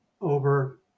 over